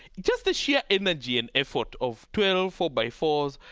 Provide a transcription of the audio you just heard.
just the sheer energy and effort of twelve four-by-fours,